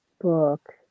book